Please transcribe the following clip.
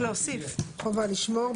חובה לשמור,